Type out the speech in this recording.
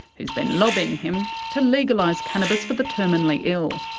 who's been lobbying him to legalise cannabis for the terminally ill.